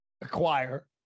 acquire